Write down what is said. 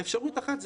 אעפשרות את היא